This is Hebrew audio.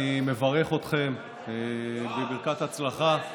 אני מברך אתכם בברכת הצלחה.